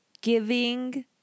giving